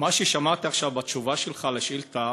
מה ששמעתי עכשיו בתשובה שלך על השאילתה